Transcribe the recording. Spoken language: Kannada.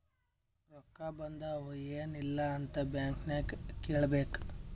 ರೊಕ್ಕಾ ಬಂದಾವ್ ಎನ್ ಇಲ್ಲ ಅಂತ ಬ್ಯಾಂಕ್ ನಾಗ್ ಕೇಳಬೇಕ್